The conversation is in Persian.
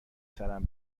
سرم